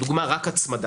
לדוגמה רק הצמדה,